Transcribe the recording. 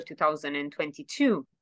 2022